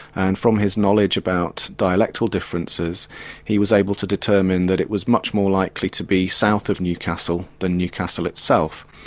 and from his knowledge about dialectal differences he was able to determine that it was much more likely to be south of newcastle that newcastle itself.